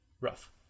rough